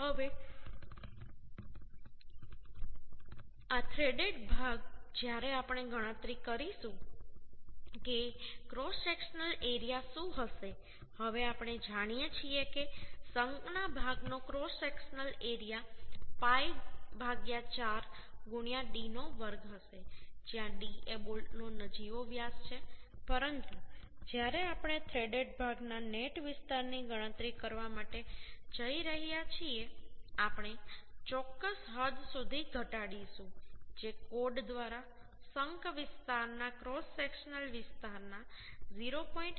હવે આ થ્રેડેડ ભાગ જ્યારે આપણે ગણતરી કરીશું કે ક્રોસ સેક્શનલ એરિયા શું હશે હવે આપણે જાણીએ છીએ કે શંકના ભાગનો cross sectional area pi 4 d નો વર્ગ હશે જ્યાં d એ બોલ્ટનો નજીવો વ્યાસ છે પરંતુ જ્યારે આપણે થ્રેડેડ ભાગના નેટ વિસ્તારની ગણતરી કરવા માટે જઈ રહ્યા છીએ આપણે ચોક્કસ હદ સુધી ઘટાડીશું જે કોડ દ્વારા શંક વિસ્તારના ક્રોસ સેક્શનલ વિસ્તારના 0